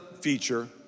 feature